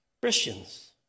Christians